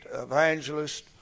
evangelist